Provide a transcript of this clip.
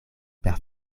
per